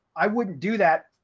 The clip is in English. i wouldn't do that.